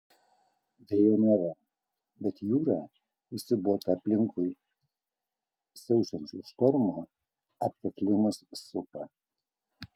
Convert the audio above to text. vėjo nėra bet jūra įsiūbuota aplinkui siaučiančių štormų atkakliai mus supa